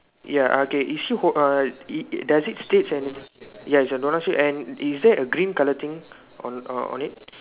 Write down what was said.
ya okay is she hold uh it does it states and ya it's a parachute and is there a green colour thing on on it